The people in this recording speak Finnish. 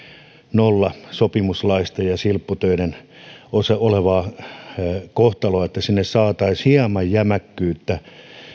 nollasopimuslain ja silpputöiden kohtaloa että sinne saataisiin hieman jämäkkyyttä